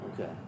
okay